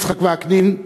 יצחק וקנין,